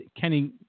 Kenny